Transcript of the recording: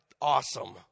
awesome